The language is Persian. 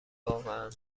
واقعا